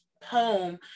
poem